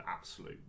absolute